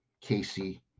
Casey